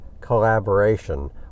collaboration